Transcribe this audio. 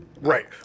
Right